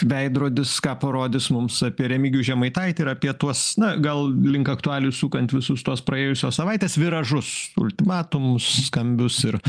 veidrodis ką parodys mums apie remigijų žemaitaitį ir apie tuos na gal link aktualijų sukant visus tuos praėjusios savaitės viražus ultimatumus skambius ir